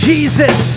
Jesus